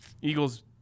Eagles